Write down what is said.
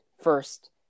first